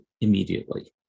immediately